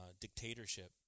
dictatorship